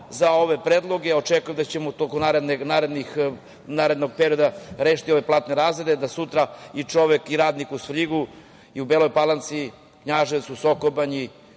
za ove predloge, očekujem da ćemo u toku narednog perioda rešiti ove platne razrede, da sutra čovek i radnik u Svrljigu i u Beloj Palanci, Knjaževcu, Sokobanji,